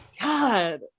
God